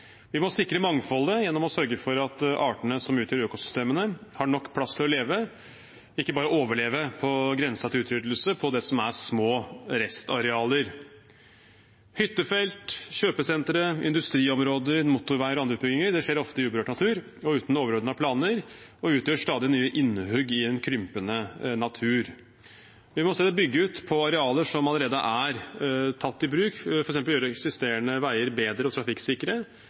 Vi må sikre mangfoldet gjennom å sørge for at artene som utgjør økosystemene, har nok plass til å leve, ikke bare å overleve på grensen til utryddelse på det som er små restarealer. Hyttefelt, kjøpesentre, industriområder, motorveier og andre utbygginger skjer ofte i uberørt natur og uten overordnede planer og utgjør stadig nye innhugg i en krympende natur. Vi må i stedet bygge ut på arealer som allerede er tatt i bruk, f.eks. ved å gjøre eksisterende veier bedre og trafikksikre